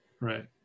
Right